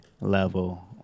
level